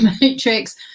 matrix